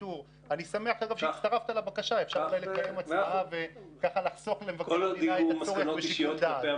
הפתיחה של העיתוי צריכה להבחין בין